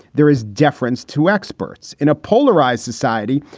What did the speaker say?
there is deference to experts in a polarized society.